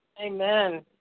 Amen